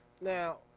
Now